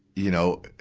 you know,